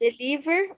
deliver